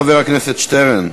חבר הכנסת שטרן.